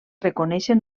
reconèixer